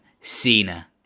Cena